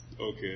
Okay